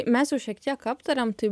mes jau šiek tiek aptarėm tai